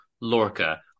Lorca